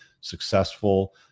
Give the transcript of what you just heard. successful